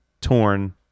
torn